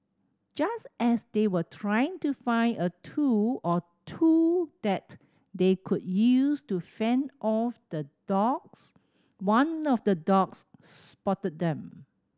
just as they were trying to find a tool or two that they could use to fend off the dogs one of the dogs spotted them